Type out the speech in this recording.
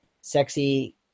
Sexy